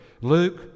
Luke